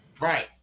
right